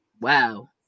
Wow